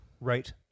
Right